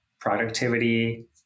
productivity